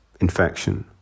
infection